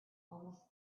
almost